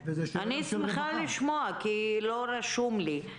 אני שמחה לשמוע כי לא רשום לי.